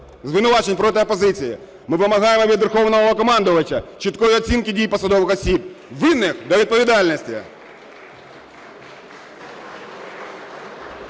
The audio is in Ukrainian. звинувачень проти опозиції. Ми вимагаємо від Верховного командувача чіткої оцінки дій посадових осіб. Винних – до відповідальності!